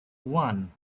one